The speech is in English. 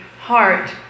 heart